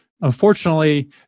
unfortunately